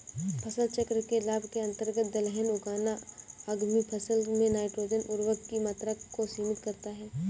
फसल चक्र के लाभ के अंतर्गत दलहन उगाना आगामी फसल में नाइट्रोजन उर्वरक की मात्रा को सीमित करता है